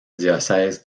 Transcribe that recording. diocèse